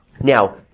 Now